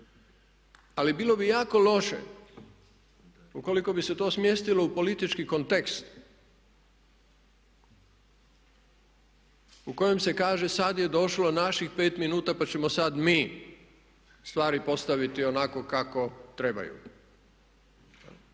ali bilo bi jako loše ukoliko bi se to smjestilo u politički kontekst u kojem se kaže sada je došlo naših 5 minuta pa ćemo sada mi stvari postaviti onako kako trebaju.